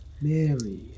Mary